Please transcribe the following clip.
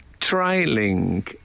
trailing